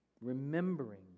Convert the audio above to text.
remembering